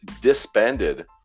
disbanded